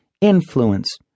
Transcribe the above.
Influence